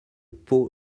pau